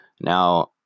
Now